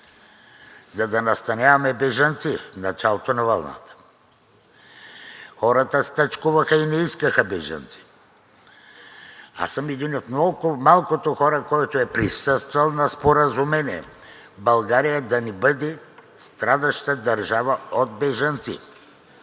за да настаняваме бежанци в началото на вълната. Хората стачкуваха и не искаха бежанци. Аз съм един от много малкото хора, който е присъствал на споразумение България да не бъде страдаща държава от бежанци.